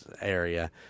area